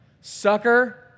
Sucker